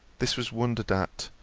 this was wondered at,